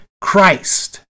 Christ